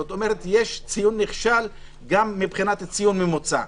זאת אומרת, יש ציון נכשל גם מבחינת הציון הממוצע.